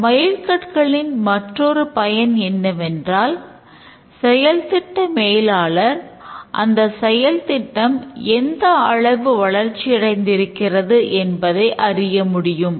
இந்த மயில்கட்களின் மற்றுமொரு பயன் என்னவென்றால் செயல் திட்ட மேலாளர் அந்த செயல்திட்டம் எந்த அளவு வளர்ச்சி அடைந்திருக்கிறது என்பதை அறிய முடியும்